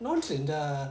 once in the